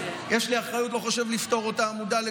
אני לא חושב לפטור את עצמי ממנה,